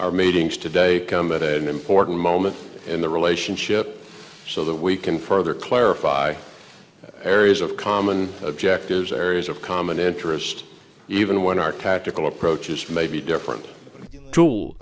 our meetings today come at an important moment in the relationship so that we can further clarify areas of common objectives areas of common interest even when our tactical approaches may be different dr